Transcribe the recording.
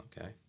Okay